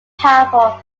powerful